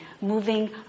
moving